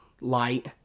light